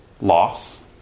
loss